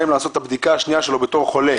ימים לעשות את הבדיקה השנייה שלו בתור חולה